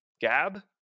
Gab